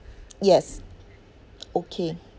yes okay